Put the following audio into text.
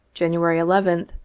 january eleventh,